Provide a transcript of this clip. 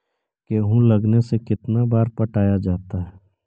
गेहूं लगने से कितना बार पटाया जाता है?